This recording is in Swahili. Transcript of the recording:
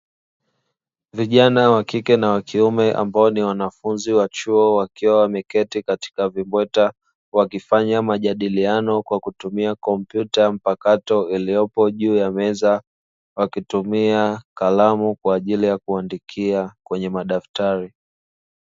Vijana wa kike na wa kiume ambao ni wanafunzi wa chuo wakiwa wameketi katika vimbweta wakifanya majadiliano kwa kutumia kompyuta mpakato iliyopo juu ya meza, wakitumia kalamu kwa ajili ya kuandikia kwenye madaftari.